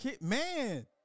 man